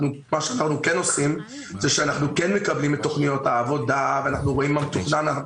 אנחנו כן מקבלים את תכניות העבודה ואנחנו רואים מה מתוכנן.